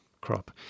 crop